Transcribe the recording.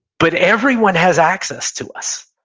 but everyone has access to us.